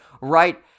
right